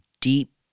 deep